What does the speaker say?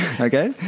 okay